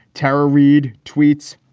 tara reid tweets.